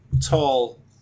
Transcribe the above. tall